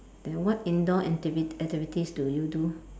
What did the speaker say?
then what indoor activ~ activities do you do